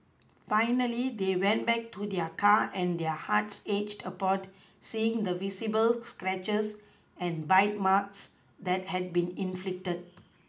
finally they went back to their car and their hearts ached a port seeing the visible scratches and bite marks that had been inflicted